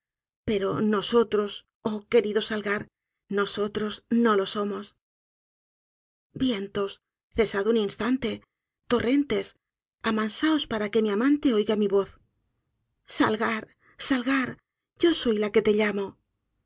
pero nosotros oh querido salgar nosotros nolo somos vientos cesad un instante torrentes amansaos para que mi amante oiga mi voz salgar salgar yo soy la que te llamo